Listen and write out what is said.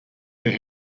their